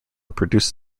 produced